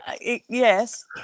Yes